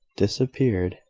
disappeared,